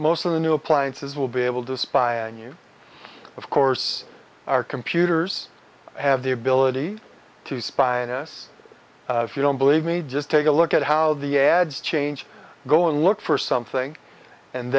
most of the new appliances will be able to spy on you of course our computers have the ability to spy on us if you don't believe me just take a look at how the ads change go and look for something and